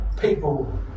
people